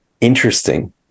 interesting